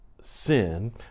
sin